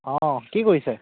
অঁ কি কৰিছে